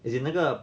as in 那个